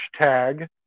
hashtag